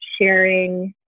sharing